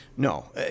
No